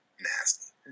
nasty